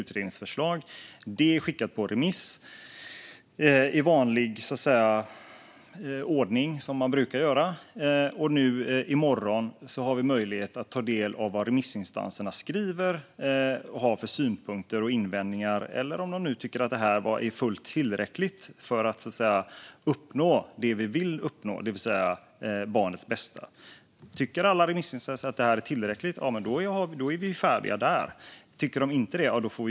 Utredningsförslaget är skickat på remiss i vanlig ordning, och i morgon kan vi ta del av vad remissinstanserna har för synpunkter och invändningar. Om alla remissinstanser tycker att utredningsförslaget är tillräckligt och att barnets bästa uppnås är vi färdiga. Men om de inte tycker det får vi gå vidare.